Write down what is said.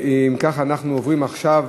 אם כך, אנחנו עוברים עכשיו